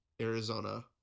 Arizona